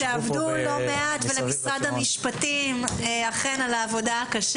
שעבדו לא מעט ותודה גם למשרד המשפטים על העבודה הקשה.